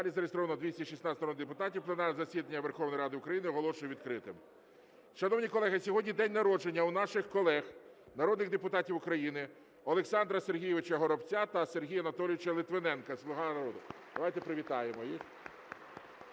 залі зареєстровано 216 народних депутатів. Пленарне засідання Верховної Ради України оголошую відкритим. Шановні колеги, сьогодні день народження у наших колег народних депутатів України Олександра Сергійовича Горобця та Сергія Анатолійовича Литвиненка, "Слуга народу". Давайте привітаємо їх.